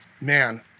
man